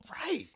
Right